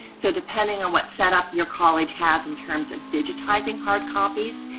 so depending and what setup your college has in terms of digitizing hard copies,